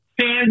fans